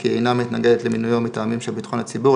כי היא אינה מתנגדת למינויו מטעמים של ביטחון הציבור,